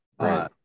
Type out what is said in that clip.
Right